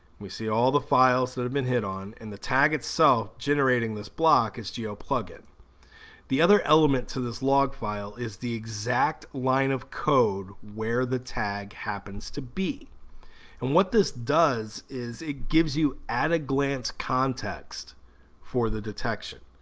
we see all the files that have been hit on and the tag itself generating this block is gio plugin the other element to this log file is the exact line of code where the tag happens to be and what this does is it gives you at a glance? context for the detection.